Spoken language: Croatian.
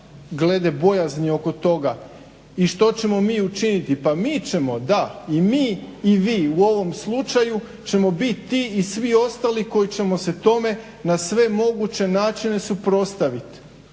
glede bojazni oko toga i što ćemo mi učiniti? Pa mi ćemo da, i mi i vi, u ovom slučaju ćemo biti i svi ostali koji ćemo se tome na sve moguće načine suprotstavit.